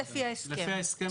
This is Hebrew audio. אני נציג יצרני החלב.